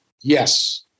Yes